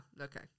Okay